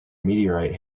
meteorite